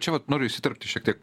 čia vat noriu įsiterpti šiek tiek